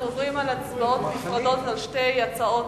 אנחנו עוברים להצבעות נפרדות על שתי הצעות